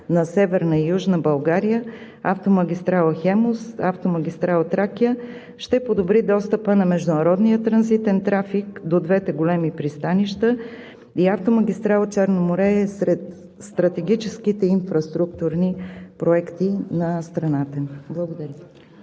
на Северна и Южна България – автомагистрала „Хемус“ и автомагистрала „Тракия“, ще подобри достъпа на международния транзитен трафик до двете големи пристанища. Автомагистрала „Черно море“ е сред стратегическите инфраструктурни проекти на страната ни. Благодаря.